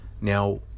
Now